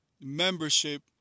membership